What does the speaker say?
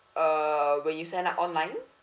err when you sign up online